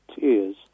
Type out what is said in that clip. tears